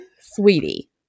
sweetie